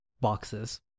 boxes